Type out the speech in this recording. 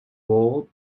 wall